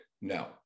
No